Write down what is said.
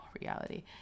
reality